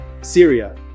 Syria